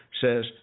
says